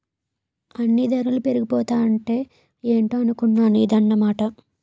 అన్నీ దరలు పెరిగిపోతాంటే ఏటో అనుకున్నాను ఇదన్నమాట